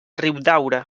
riudaura